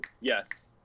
yes